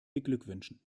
beglückwünschen